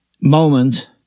moment